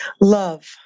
Love